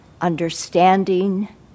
understanding